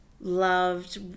loved